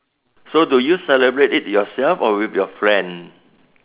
so do you celebrate it yourself or with your friends